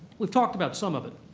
we've talked about some of it.